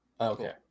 Okay